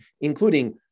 including